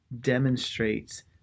demonstrates